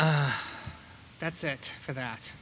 ok that's it for that